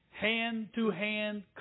hand-to-hand